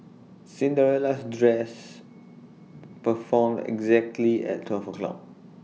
Cinderella's dress perform exactly at twelve o'clock